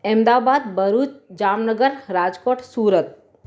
Ahmedabad Bharuch Jamnagar Rajkot Surat